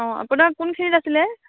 অ' আপোনাৰ কোনখিনিত আছিলে